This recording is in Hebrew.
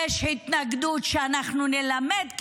יש התנגדות שאנחנו נלמד,